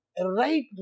right